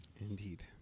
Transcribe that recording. Indeed